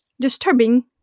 disturbing